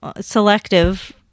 selective